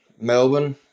Melbourne